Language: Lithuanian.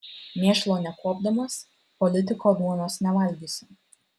mėšlo nekuopdamas politiko duonos nevalgysi